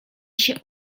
się